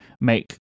make